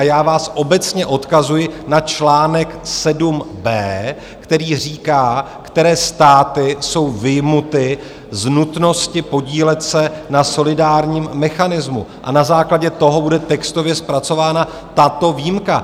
Já vás obecně odkazuji na článek 7b, který říká, které státy jsou vyjmuty z nutnosti podílet se na solidárním mechanismu, a na základě toho bude textově zpracována tato výjimka.